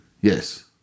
Yes